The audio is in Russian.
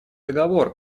договор